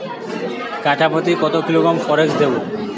কাঠাপ্রতি কত কিলোগ্রাম ফরেক্স দেবো?